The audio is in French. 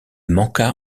manqua